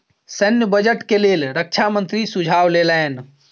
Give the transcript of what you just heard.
सैन्य बजट के लेल रक्षा मंत्री सुझाव लेलैन